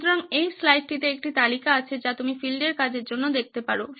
সুতরাং এই স্লাইডটিতে একটি তালিকা আছে যা তুমি ফিল্ডের কাজের জন্য দেখতে পারো